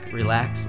relax